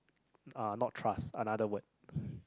uh not trust another word